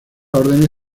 órdenes